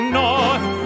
north